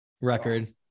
record